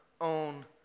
own